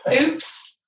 Oops